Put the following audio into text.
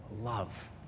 love